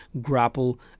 grapple